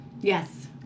Yes